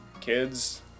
Kids